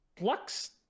Lux